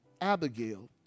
Abigail